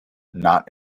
not